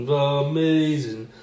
amazing